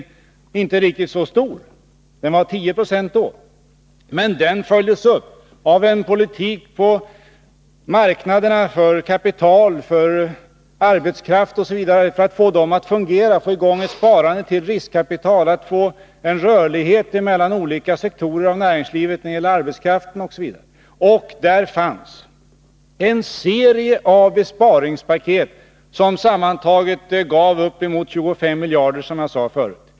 Den var inte riktigt så stor — det var 10 26 då — men den följdes upp av en politik på marknaderna, för kapital, för arbetskraft osv., för att få dem att fungera, för att få i gång ett sparande till riskkapital, för att få en rörlighet mellan olika sektorer i näringslivet när det gäller arbetskraft etc. Och där fanns en serie av besparingspaket som sammantaget gav uppemot 25 miljarder, som jag sade förut.